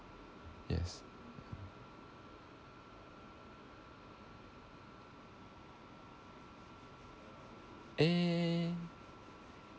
yes eh